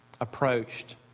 approached